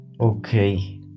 Okay